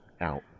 out